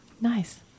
Nice